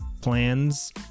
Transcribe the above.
plans